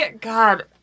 God